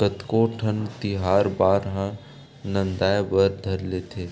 कतको ठन तिहार बार ह नंदाय बर धर लेथे